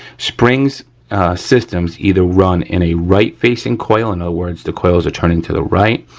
spring systems either run in a right facing coil in other words the coils are turning to the right,